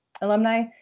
alumni